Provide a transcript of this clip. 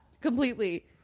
completely